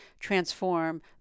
transform